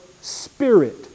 spirit